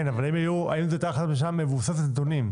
כן, אבל האם זו הייתה החלטת ממשלה מבוססת נתונים?